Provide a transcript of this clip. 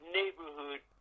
neighborhood